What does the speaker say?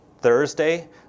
Thursday